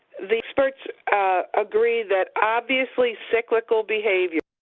the experts agree that obviously cyclical behavior,